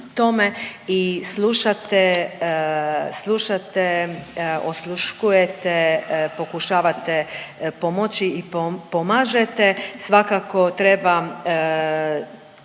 slušate, osluškujete, pokušavate pomoći i pomažete. Svakako treba